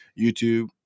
YouTube